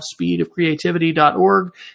speedofcreativity.org